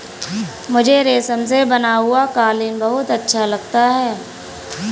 मुझे रेशम से बना हुआ कालीन बहुत अच्छा लगता है